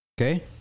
Okay